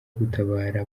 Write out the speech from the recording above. gutabara